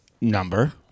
number